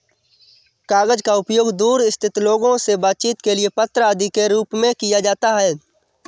कागज का उपयोग दूर स्थित लोगों से बातचीत के लिए पत्र आदि के रूप में किया जाता है